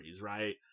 Right